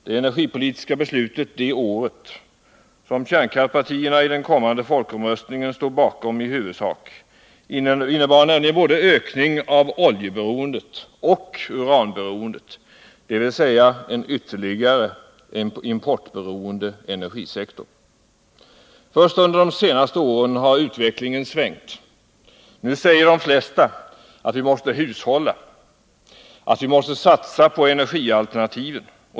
Det energipolitiska beslutet det året — som kärnkraftspartierna i den kommande folkomröstningen stod bakom i huvudsak — innebar nämligen ökning av både oljeberoendet och uranberoendet, dvs. en ytterligare ökad importberoende energisektor. Först under de senaste åren har utvecklingen svängt. Nu säger de flesta att vi måste hushålla, att vi måste satsa på energialternativen.